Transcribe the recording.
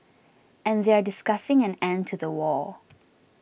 and they are discussing an end to the war